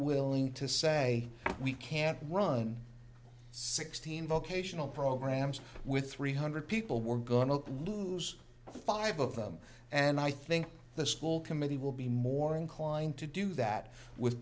willing to say we can't run sixteen vocational programs with three hundred people we're going to lose five of them and i think the school committee will be more inclined to do that with